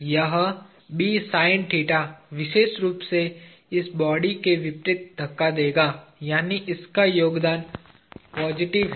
यह विशेष रूप से इसे घड़ी के विपरीत धक्का देगा यानी इसका योगदान पॉजिटिव है